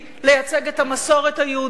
לייצג את המסורת היהודית,